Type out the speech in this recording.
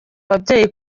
ababyeyi